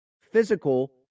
physical